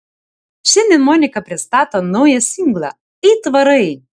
šiandien monika pristato naują singlą aitvarai